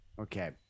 Okay